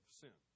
sin